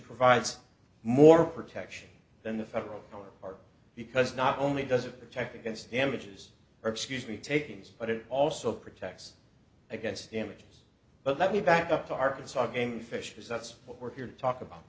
provides more protection than the federal powers are because not only does it protect against damages or excuse me takings but it also protects against damages but let me back up to arkansas game fish because that's what we're here to talk about